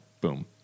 Boom